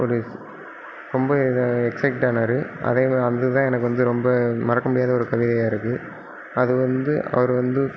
ஒரு ரொம்ப இதாக எக்ஸைட் ஆனாரு அதே மாதிரி அதுதான் எனக்கு வந்து ரொம்ப மறக்க முடியாத ஒரு கவிதையாக இருக்குது அது வந்து அவரு வந்து